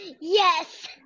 Yes